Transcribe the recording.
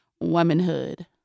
womanhood